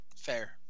Fair